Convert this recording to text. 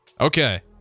Okay